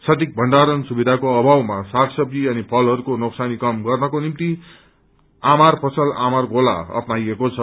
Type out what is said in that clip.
सठीक भण्डारण सुविधाको अभावमा साग सब्जी अनि फलहरूको नोक्सानी कम गर्नको निम्ति आमार फसल आमार गोला अप्नाइएको छ